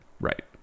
Right